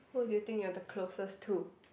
who do you think you're the closest to